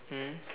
mm